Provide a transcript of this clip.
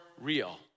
real